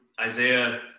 Isaiah